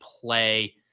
play